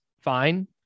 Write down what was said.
fine